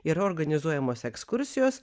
yra organizuojamos ekskursijos